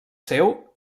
seu